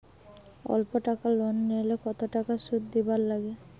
অল্প টাকা লোন নিলে কতো টাকা শুধ দিবার লাগে?